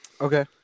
Okay